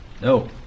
No